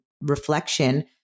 reflection